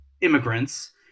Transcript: immigrants